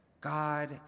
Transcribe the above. God